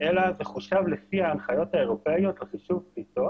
אלא זה חושב לפי ההנחיות האירופיות לחישוב פליטות